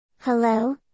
Hello